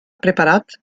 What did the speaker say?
preparat